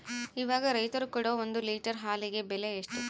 ಇವಾಗ ರೈತರು ಕೊಡೊ ಒಂದು ಲೇಟರ್ ಹಾಲಿಗೆ ಬೆಲೆ ಎಷ್ಟು?